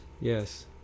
yes